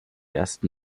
ersten